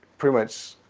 pretty much,